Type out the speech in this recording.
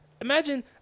Imagine